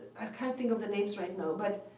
can't think of their names right now, but